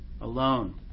alone